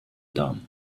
dame